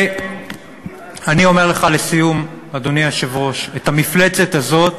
אני אומר לך לסיום, אדוני היושב-ראש, המפלצת הזאת,